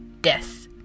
death